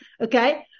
Okay